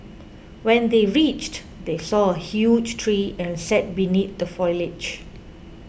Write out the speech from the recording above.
when they reached they saw a huge tree and sat beneath the foliage